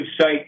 site